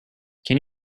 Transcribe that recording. can